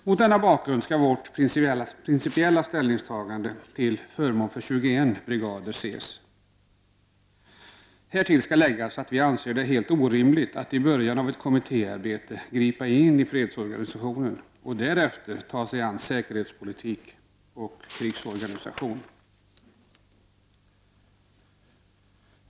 Mot denna bakgrund skall vårt principiella ställningstagande till förmån för 21 brigader ses. Härtill skall läggas att vi anser det helt orimligt att i början av ett kommittéarbete gripa in i fredsorganisationen och därefter ta sig an säkerhetspolitik och krigsorganisation.